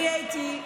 אני הייתי,